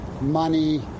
money